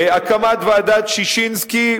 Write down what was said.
הקמת ועדת-ששינסקי,